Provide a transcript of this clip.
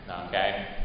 okay